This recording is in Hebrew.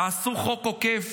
תעשו חוק עוקף